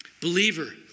Believer